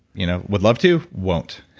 you know would love to, won't.